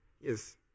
Yes